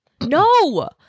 no